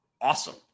awesome